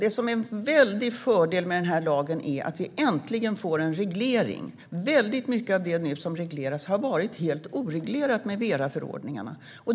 En stor fördel med den här lagen är att man äntligen får en reglering. Väldigt mycket av det som nu kommer att regleras har varit helt oreglerat med Veraförordningen.